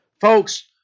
Folks